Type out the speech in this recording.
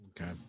Okay